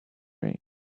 brain